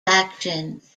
actions